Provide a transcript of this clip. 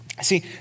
See